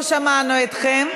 לא שמענו אתכם,